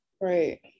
Right